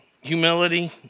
humility